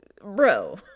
bro